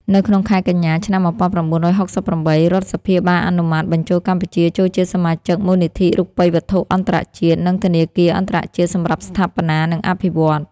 នៅក្នុងខែកញ្ញា ឆ្នាំ១៩៦៨ រដ្ឋសភាបានអនុម័តបញ្ចូលកម្ពុជាចូលជាសមាជិកមូលនិធិរូបិយវត្ថុអន្តរជាតិ និងធនាគារអន្តរជាតិសម្រាប់ស្ថាបនា និងអភិវឌ្ឍន៍។